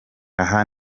aha